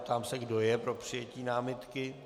Ptám se, kdo je pro přijetí námitky.